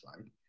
right